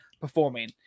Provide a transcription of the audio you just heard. performing